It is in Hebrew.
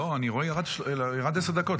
לא, אני רואה שירדו עשר דקות.